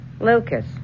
Lucas